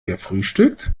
gefrühstückt